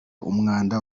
umwanda